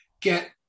Get